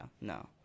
no